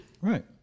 Right